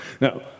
Now